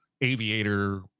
aviator